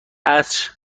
عصر